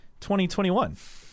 2021